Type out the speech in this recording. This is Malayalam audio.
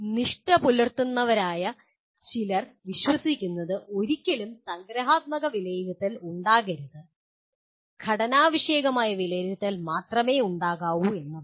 നിഷ്ഠ പുലർത്തുന്നവർ ആയ ചിലർ വിശ്വസിക്കുന്നത് ഒരിക്കലും സംഗ്രഹാത്മക വിലയിരുത്തൽ ഉണ്ടാകരുത് ഘടനാ വിഷയകമായ വിലയിരുത്തൽ മാത്രമേ ഉണ്ടാകാവൂ എന്നാണ്